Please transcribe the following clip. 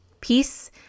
peace